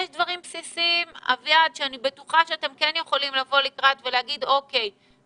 יש דברים בסיסיים שאני בטוחה שאתם כן יכולים לבוא לקראת ולהגיד: אוקיי,